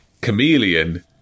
Chameleon